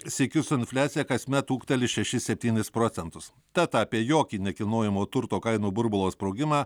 sykiu su infliacija kasmet ūgteli šešis septynis procentus tad apie jokį nekilnojamo turto kainų burbulo sprogimą